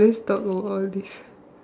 please talk all this